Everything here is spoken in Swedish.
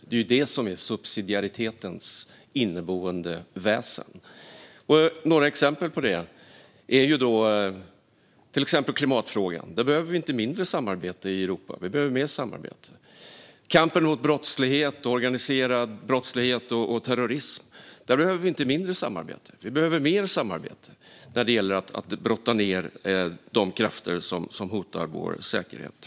Det är detta som är subsidiaritetens inneboende väsen. Ett exempel på det är klimatfrågan. Där behöver vi inte mindre samarbete i Europa utan mer. Kampen mot organiserad brottslighet och terrorism är också ett område där vi inte behöver mindre samarbete, utan vi behöver mer samarbete för att brotta ned de krafter som hotar vår säkerhet.